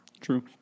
True